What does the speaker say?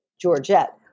Georgette